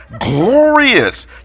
glorious